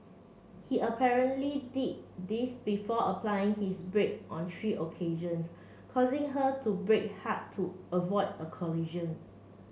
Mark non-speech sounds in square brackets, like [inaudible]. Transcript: he [unintelligible] did this before applying his brake on three occasions causing her to brake hard to avoid a collision